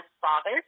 father